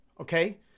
okay